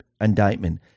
indictment